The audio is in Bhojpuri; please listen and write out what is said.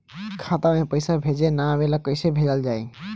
खाता में पईसा भेजे ना आवेला कईसे भेजल जाई?